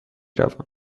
روم